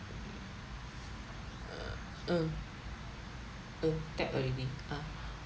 uh uh get already ah